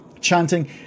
chanting